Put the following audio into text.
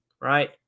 right